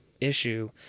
issue